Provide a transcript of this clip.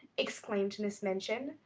exclaimed miss minchin.